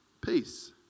peace